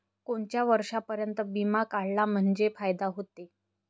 कोनच्या वर्षापर्यंत बिमा काढला म्हंजे फायदा व्हते?